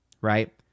right